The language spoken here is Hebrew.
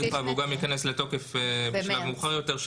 והוא גם ייכנס לתוקף בשלב מאוחר יותר,